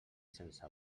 sense